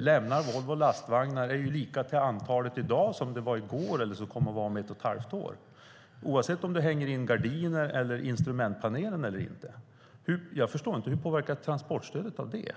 lämnar Volvo Lastvagnar är detsamma i dag som det var i går eller som det kommer att vara om ett och helt halvt år - oavsett om du hänger in gardiner eller sätter instrumentpaneler på plats. Jag förstår inte hur transportstödet påverkas.